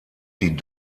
die